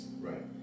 Right